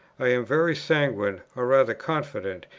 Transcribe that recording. i am very sanguine, or rather confident,